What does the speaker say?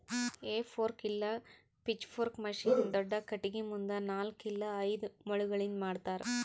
ಹೇ fork ಇಲ್ಲ pitchfork machine ದೊಡ್ದ ಖಟಗಿ ಮುಂದ ನಾಲ್ಕ್ ಇಲ್ಲ ಐದು ಮೊಳಿಗಳಿಂದ್ ಮಾಡ್ತರ